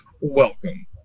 Welcome